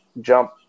jump